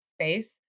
space